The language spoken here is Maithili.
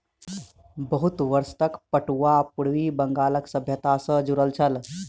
बहुत वर्ष तक पटुआ पूर्वी बंगालक सभ्यता सॅ जुड़ल छल